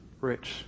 rich